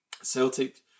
Celtic